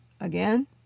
again